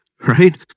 right